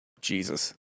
Jesus